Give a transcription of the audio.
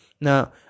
Now